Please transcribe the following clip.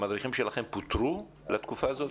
המדריכים שלכם פוטרו לתקופה הזאת,